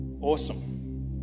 Awesome